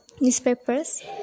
newspapers